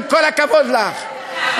עם כל הכבוד לך,